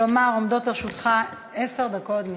כלומר, עומדות לרשותך עשר דקות מרגע זה.